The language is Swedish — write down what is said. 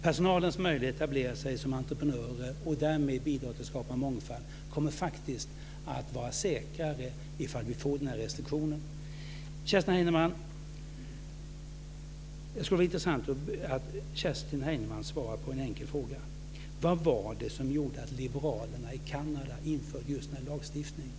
Personalens möjligheter att etablera sig som entreprenörer och därmed bidra till att skapa mångfald kommer faktiskt att vara säkrare om vi får den här restriktionen. Det skulle vara intressant om Kerstin Heinemann svarade på en enkel fråga. Vad var det som gjorde att liberalerna i Kanada införde just den här lagstiftningen?